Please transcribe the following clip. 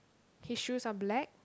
his shoes are black